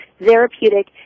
therapeutic